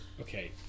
Okay